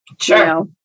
Sure